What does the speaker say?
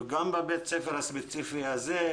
גם בבית הספר הספציפי הזה,